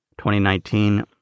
2019